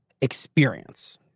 experience